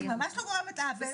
אני ממש לא גורמת עוול.